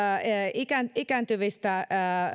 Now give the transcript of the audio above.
ikääntyvästä